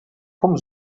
vom